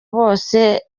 bose